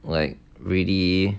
like really